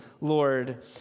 Lord